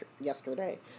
yesterday